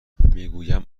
میگوییم